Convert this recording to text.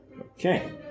okay